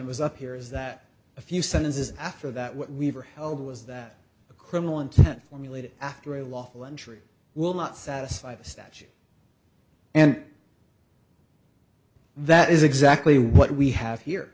it was up here is that a few sentences after that what we were held was that a criminal intent formulated after a lawful entry will not satisfy the statute and that is exactly what we have here